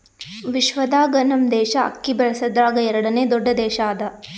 ವಿಶ್ವದಾಗ್ ನಮ್ ದೇಶ ಅಕ್ಕಿ ಬೆಳಸದ್ರಾಗ್ ಎರಡನೇ ದೊಡ್ಡ ದೇಶ ಅದಾ